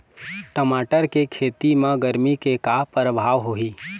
टमाटर के खेती म गरमी के का परभाव होही?